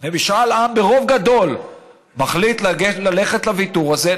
ובמשאל עם ברוב גדול מחליטים ללכת לוויתור הזה,